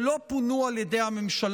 שלא פונו על ידי הממשלה,